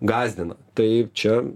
gąsdina tai čia